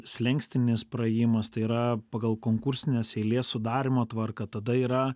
slenkstinis praėjimas tai yra pagal konkursinės eilės sudarymo tvarką tada yra